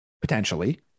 potentially